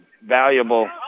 valuable